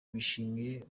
bishimiye